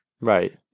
right